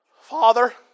Father